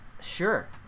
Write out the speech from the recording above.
Sure